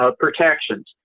ah protections.